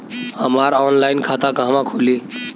हमार ऑनलाइन खाता कहवा खुली?